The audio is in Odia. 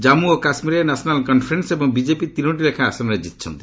କାଞ୍ଗୁ ଓ କାଶ୍ମୀରରେ ନ୍ୟାସନାଲ୍ କନ୍ଫରେନ୍ସ ଏବଂ ବିଜେପି ତିନୋଟି ଲେଖାଏଁ ଆସନରେ ଜିତିଛନ୍ତି